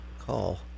call